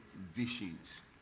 visions